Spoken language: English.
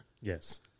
Yes